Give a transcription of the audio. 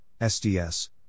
SDS